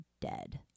Dead